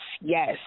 yes